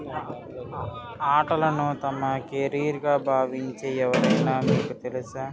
ఆటలను తమ కెరీర్గా భావించే ఎవరైనా మీకు తెలుసా